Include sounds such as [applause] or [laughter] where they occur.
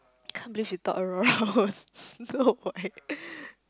can't believe you thought Aurora was Snow White [laughs]